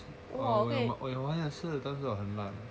oh 我懂你玩的是那个很烂的